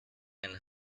and